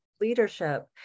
leadership